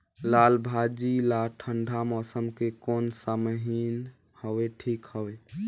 लालभाजी ला ठंडा मौसम के कोन सा महीन हवे ठीक हवे?